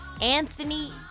anthony